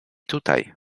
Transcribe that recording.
tutaj